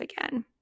again